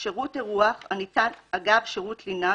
שירותי אירוח הניתן אגב שירות לינה,